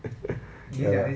ya 那些衣服 ah